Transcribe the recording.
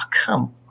come